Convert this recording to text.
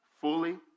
fully